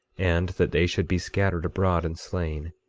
and that they should be scattered abroad and slain,